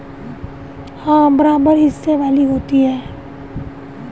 share stock एक तरह की सिक्योरिटी है जो शेयर धारक को शेयर की कीमत के बराबर हिस्सेदार बनाती है